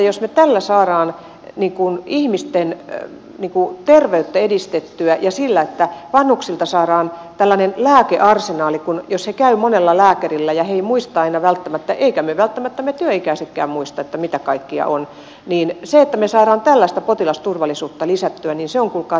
jos me tällä saamme ihmisten terveyttä edistettyä ja sillä että vanhuksilta saadaan tällainen lääkearsenaali jos he käyvät monella lääkärillä ja he eivät muista aina välttämättä emmekä välttämättä me työikäisetkään muista mitä kaikkia on niin se että me saamme tällaista potilasturvallisuutta lisättyä on kuulkaa tärkeä asia